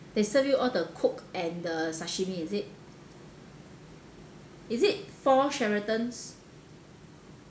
they serve you all the cook and the sashimi is it is it four Sheraton's